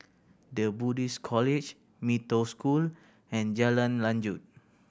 The Buddhist College Mee Toh School and Jalan Lanjut